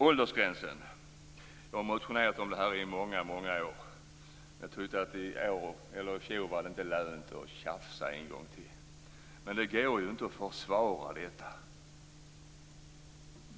Jag har väckt motioner angående åldersgränsen i många år. I fjol ansåg jag inte det lönt att tjafsa en gång till. Men det går inte att försvara detta.